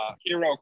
hero